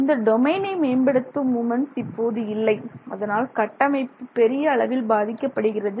இந்த டொமைனை மேம்படுத்தும் மூமென்ட்ஸ் இப்போது இல்லை அதனால் கட்டமைப்பு பெரிய அளவில் பாதிக்கப்படுகிறது